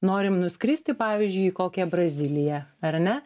norim nuskristi pavyzdžiui į kokią braziliją ar ne